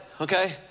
okay